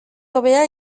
hobea